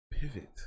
Pivot